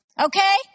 okay